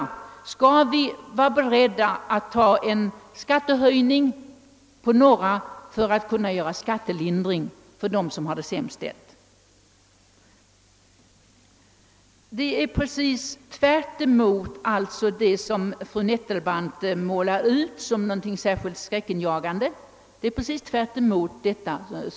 Skall vi vara beredda att ta en skattehöjning för några för att kunna ge en skattelindring åt dem som har det sämst ställt? Det som fru Nettelbrandt målar ut som någonting särskilt skräckinjagande är raka motsatsen.